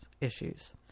issues